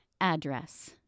address